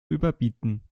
überbieten